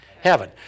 heaven